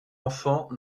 enfant